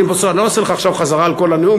אני לא אעשה לך עכשיו חזרה על כל הנאום,